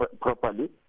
properly